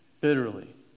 bitterly